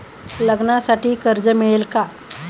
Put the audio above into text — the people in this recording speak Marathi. लग्नासाठी कर्ज मिळेल का?